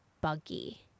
buggy